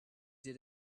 did